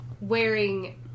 wearing